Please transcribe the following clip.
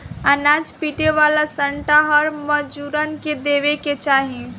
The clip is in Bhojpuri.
अनाज पीटे वाला सांटा हर मजूरन के देवे के चाही